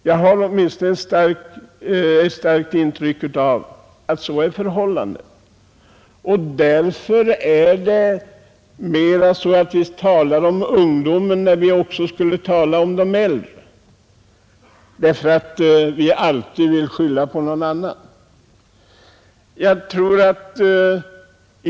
Jag har åtminstone ett starkt intryck av att så är förhållandet. Vi talar om ungdomen även när vi borde tala om de äldre, därför att vi alltid vill skylla på någon annan.